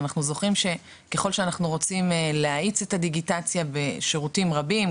אנחנו זוכרים שככל שאנחנו רוצים להאיץ את הדיגיטציה בשירותים רבים,